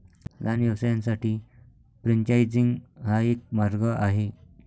लहान व्यवसायांसाठी फ्रेंचायझिंग हा एक मार्ग आहे